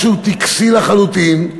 משהו טקסי לחלוטין,